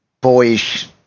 boyish